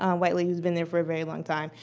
um white lady who's been there for a very long time.